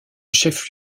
chef